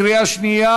לקריאה שנייה